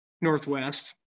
Northwest